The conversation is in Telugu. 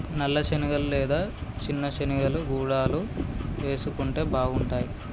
నల్ల శనగలు లేదా చిన్న శెనిగలు గుడాలు వేసుకుంటే బాగుంటాయ్